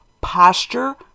posture